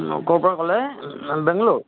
অঁ ক'ৰপৰা ক'লে বেংলৰ